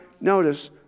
Notice